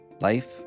Life